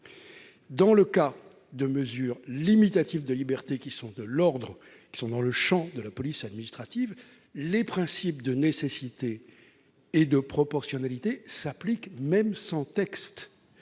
concerne les mesures limitatives de liberté, qui sont dans le champ de la police administrative, les principes de nécessité et de proportionnalité s'appliquent, même sans texte.